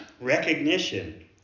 recognition